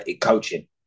coaching